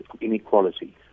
inequality